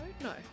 No